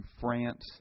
France